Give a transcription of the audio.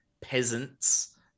peasants